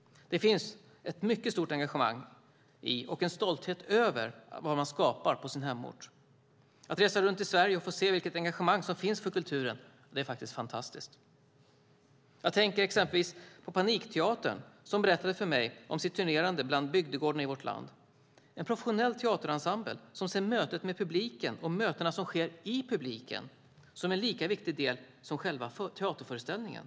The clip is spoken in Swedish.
Det finns ett mycket stort engagemang i och en stolthet över vad man skapar på sin hemort. Det är fantastiskt att resa runt i Sverige och få se vilket engagemang som finns för kulturen. Jag tänker exempelvis på Panikteatern, som berättade för mig om sitt turnerande bland bygdegårdarna i vårt land. Det är en professionell teaterensemble som ser mötet med publiken, och de möten som sker i publiken, som en lika viktig del som själva teaterföreställningen.